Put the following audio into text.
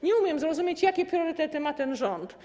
Nie umiem zrozumieć, jakie priorytety ma ten rząd.